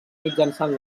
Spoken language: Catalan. mitjançant